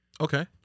okay